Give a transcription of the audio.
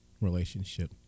relationship